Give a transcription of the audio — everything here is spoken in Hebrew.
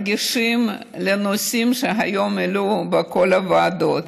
רגישים לנושאים שעלו היום בכל הוועדות,